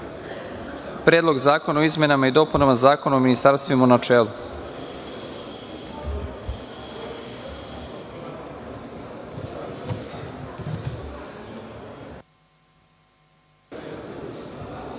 Predlog zakona o izmenama i dopunama Zakona o ministarstvima, u